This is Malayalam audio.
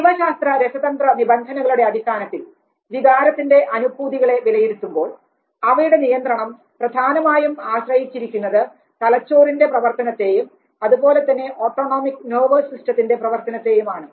ജീവശാസ്ത്ര രസതന്ത്ര നിബന്ധനകളുടെ അടിസ്ഥാനത്തിൽ വികാരത്തിന്റെ അനുഭൂതികളെ വിലയിരുത്തുമ്പോൾ അവയുടെ നിയന്ത്രണം പ്രധാനമായും ആശ്രയിച്ചിരിക്കുന്നത് തലച്ചോറിന്റെ പ്രവർത്തനത്തെയും അതുപോലെതന്നെ ഓട്ടോണോമിക് നെർവസ് സിസ്റ്റത്തിന്റെ പ്രവർത്തനത്തെയും ആണ്